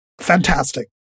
fantastic